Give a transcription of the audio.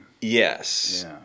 Yes